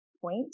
point